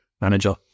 manager